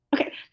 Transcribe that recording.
Okay